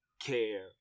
care